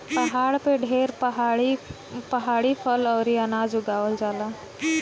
पहाड़ पे ढेर पहाड़ी फल अउरी अनाज उगावल जाला